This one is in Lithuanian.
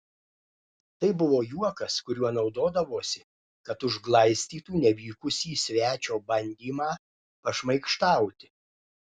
tai buvo juokas kuriuo naudodavosi kad užglaistytų nevykusį svečio bandymą pašmaikštauti